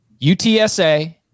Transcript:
UTSA